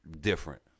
Different